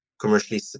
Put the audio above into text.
commercially